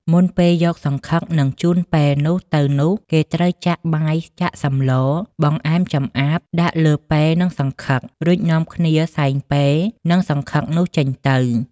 មុនពេលយកសង្ឃឹកនិងជូនពែនោះទៅនោះ គេត្រូវចាក់ បាយចាក់សម្ល បង្អែម ចម្អាប ដាក់លើពែនិងសង្ឃឹក រួចនាំគ្នាសែងពែនិងសង្ឃឹកនោះចេញទៅ ។